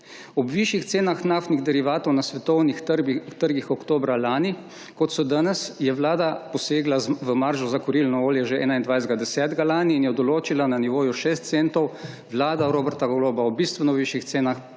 Ob višjih cenah naftnih derivatov na svetovnih trgih oktobra lani, kot so danes, je vlada posegla v maržo za kurilno olje že 21. 10. lansko leto in jo določila na nivoju 6 centov. Vlada Roberta Goloba pa je ob bistveno višjih cenah